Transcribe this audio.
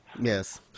Yes